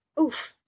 oof